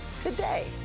today